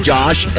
Josh